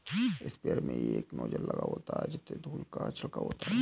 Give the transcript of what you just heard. sprayer में एक nozzle लगा होता है जिससे धूल का छिड़काव होता है